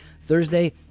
Thursday